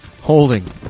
holding